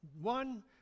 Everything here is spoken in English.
One